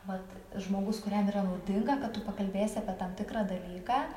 vat žmogus kuriam yra naudinga kad tu pakalbėsi apie tam tikrą dalyką